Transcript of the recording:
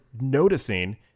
noticing